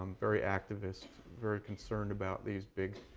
um very activist, very concerned about these big,